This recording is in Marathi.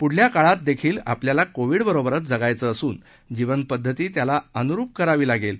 पुढच्या काळात देखील आपल्याला कोविडबरोबरच जगायचे असून जीवनपद्धती त्याला अनुरूप करावी लागेल